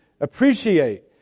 appreciate